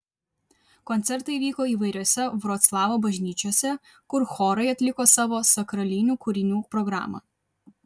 koncertai vyko įvairiose vroclavo bažnyčiose kur chorai atliko savo sakralinių kūrinių programą